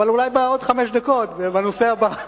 בפעם הבאה,